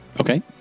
Okay